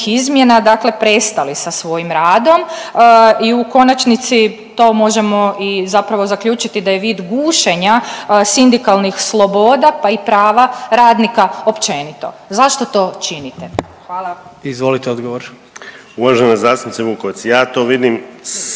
izmjena dakle prestali sa svojim radom i u konačnici to možemo i zapravo zaključiti da je vid gušenja sindikalnih sloboda pa i prava radnika općenito. Zašto to činite? Hvala. **Jandroković, Gordan (HDZ)** Izvolite odgovor.